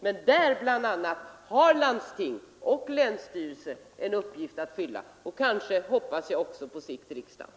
Men bl.a. på den punkten har landsting och länsstyrelse en uppgift att fylla, och kanske också på sikt riksdagen.